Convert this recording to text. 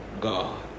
God